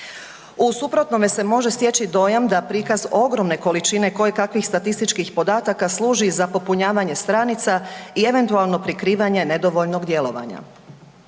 U suprotnome se može stječi dojam da prikaz ogromne količine koje kakvih statističkih podataka služi za popunjavanje stranica i eventualno prikrivanje nedovoljnog djelovanja.